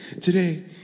Today